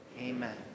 Amen